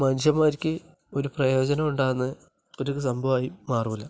മനുഷ്യന്മാർക്ക് ഒരു പ്രയോജനവും ഉണ്ടാകുന്ന ഒരു സംഭവമായി മാറില്ല